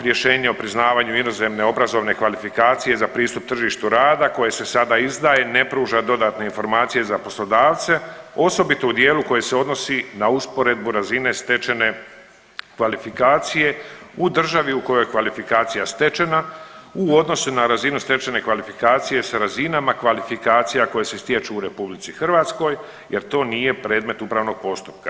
Rješenje o priznavanju inozemne obrazovne kvalifikacije za pristup tržištu rada koje se sada izdaje ne pruža dodatne informacije za poslodavce osobito u dijelu koje se odnosi na usporedbu razine stečene kvalifikacije u državi u kojoj je kvalifikacija stečena u odnosu na razinu stečene kvalifikacije sa razinama kvalifikacija koje se stječu u Republici Hrvatskoj, jer to nije predmet upravnog postupka.